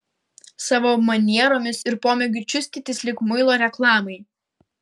savo manieromis ir pomėgiu čiustytis lyg muilo reklamai